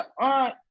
aunt